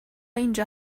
اینجا